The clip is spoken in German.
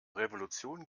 revolution